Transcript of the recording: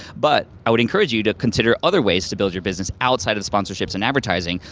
but i would encourage you to consider other ways to build your business outside of sponsorships and advertising,